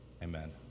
Amen